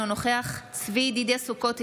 אינו נוכח צבי ידידיה סוכות,